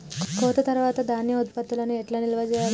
కోత తర్వాత ధాన్యం ఉత్పత్తులను ఎట్లా నిల్వ చేయాలి?